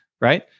right